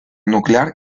nuclear